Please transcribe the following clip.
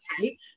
okay